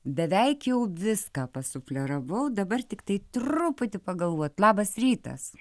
beveik jau viską pasufleravau dabar tiktai truputį pagalvot labas rytas